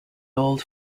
old